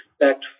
expect